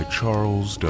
Charles